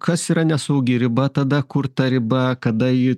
kas yra nesaugi riba tada kur ta riba kada ji